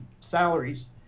salaries